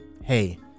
hey